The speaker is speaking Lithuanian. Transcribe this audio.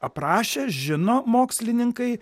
aprašę žino mokslininkai